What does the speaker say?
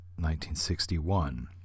1961